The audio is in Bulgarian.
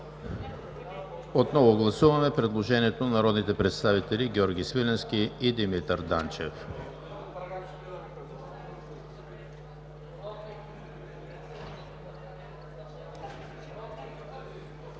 Отново гласуваме предложението на народните представители Георги Свиленски и Димитър Данчев.